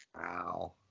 Wow